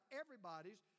everybody's